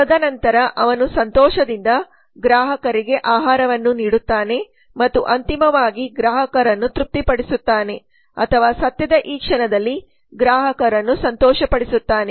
ತದನಂತರ ಅವನು ಸಂತೋಷದಿಂದ ಗ್ರಾಹಕರಿಗೆ ಆಹಾರವನ್ನು ನೀಡುತ್ತಾನೆ ಮತ್ತು ಅಂತಿಮವಾಗಿ ಗ್ರಾಹಕರನ್ನು ತೃಪ್ತಿಪಡಿಸುತ್ತಾನೆ ಅಥವಾ ಸತ್ಯದ ಈ ಕ್ಷಣದಲ್ಲಿ ಗ್ರಾಹಕರನ್ನು ಸಂತೋಷಪಡಿಸುತ್ತಾನೆ